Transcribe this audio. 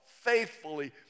faithfully